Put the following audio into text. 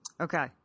Okay